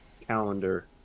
calendar